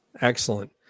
Excellent